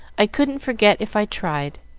i couldn't forget if i tried.